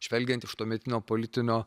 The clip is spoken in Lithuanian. žvelgiant iš tuometinio politinio